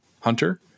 hunter